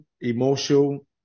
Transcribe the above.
emotional